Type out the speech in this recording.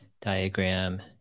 diagram